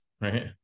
right